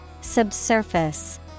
Subsurface